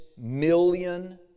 million